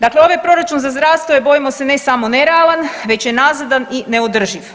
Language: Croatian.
Dakle, ovaj proračun za zdravstvo je bojimo se ne samo nerealan već je nazadan i neodrživ.